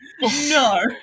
No